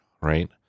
right